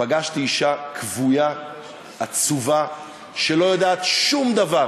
פגשתי אישה כבויה, עצובה, שלא יודעת שום דבר